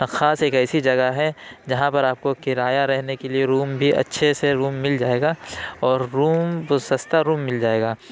نخاس ایک ایسی جگہ ہے جہاں پر آپ کو کرایہ رہنے کے لیے روم بھی اچھے سے روم مل جائے گا اور روم توسستا روم مل جائے گا